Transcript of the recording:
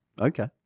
Okay